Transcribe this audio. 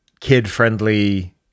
kid-friendly